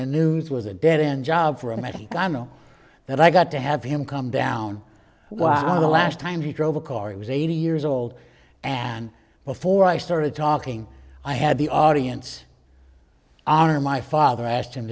and news was a dead end job for me i know that i got to have him come down wow the last time he drove a car he was eighty years old and before i started talking i had the audience honor my father asked him